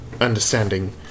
understanding